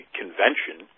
convention